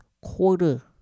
quarter